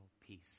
peace